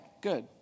Good